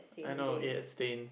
I know ate at